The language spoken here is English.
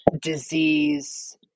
disease